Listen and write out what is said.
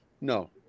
No